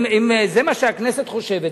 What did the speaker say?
אם זה מה שהכנסת חושבת,